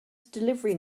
delivery